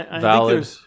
valid